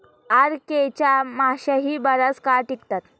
RK च्या माश्याही बराच काळ टिकतात